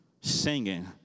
Singing